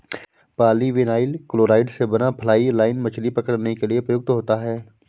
polyvinyl chloride से बना fly line मछली पकड़ने के लिए प्रयुक्त होता है